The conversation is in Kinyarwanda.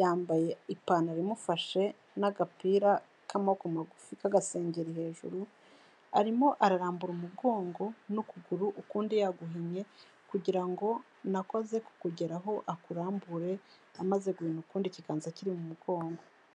yambaye ipantaro imufashe n'agapira k'amaboko magufi k'agasengeri hejuru, arimo ararambura umugongo n'ukuguru ukundi yaguhinnye kugira ngo na ko aze kukugeraho akurambure, amaze guhina ukundi, ikiganza kiri mu mugongo.